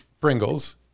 Pringles